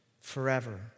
forever